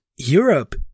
Europe